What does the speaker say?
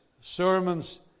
sermons